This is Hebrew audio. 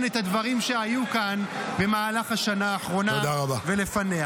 את הדברים שהיו כאן במהלך השנה האחרונה ולפניה.